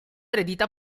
eredità